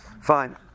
fine